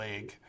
League